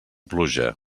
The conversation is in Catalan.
pluja